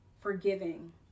forgiving